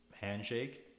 handshake